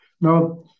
Now